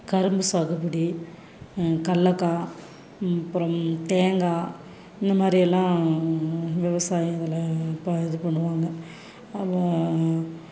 கரும்பு சாகுபடி கல்லக்கா அப்புறம் தேங்காய் இந்த மாதிரியெல்லாம் விவாசாயம் இதில் ப இது பண்ணுவாங்க அப்புறோம்